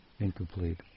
Incomplete